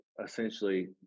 essentially